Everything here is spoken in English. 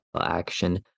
action